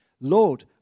Lord